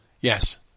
Yes